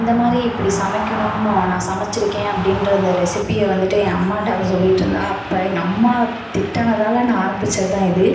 இந்த மாதிரி இப்படி சமைக்கணும்ன்னும் நான் சமைச்சிருக்கேன் அப்படின்ற அந்த ரெசிப்பியை வந்துட்டு என் அம்மாகிட்ட அவள் வந்து சொல்லிகிட்ருந்தா அப்போ எங்கள் அம்மா திட்டினதால நான் ஆரம்பித்தது தான் இது